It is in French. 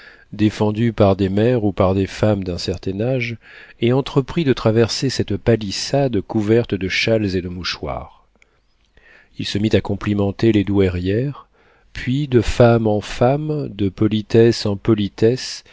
défendues par des mères ou par des femmes d'un certain âge et entreprit de traverser cette palissade couverte de châles et de mouchoirs il se mit à complimenter les douairières puis de femme en femme de politesse en